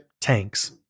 tanks